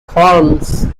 colmes